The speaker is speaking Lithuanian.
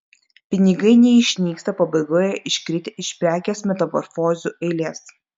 pinigai neišnyksta pabaigoje iškritę iš prekės metamorfozių eilės